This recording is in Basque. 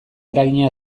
eragina